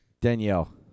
Danielle